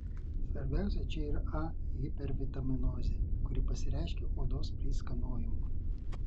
svarbiausia čia yra a hipervitaminozė kuri pasireiškia odos pleiskanojimu